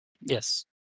Yes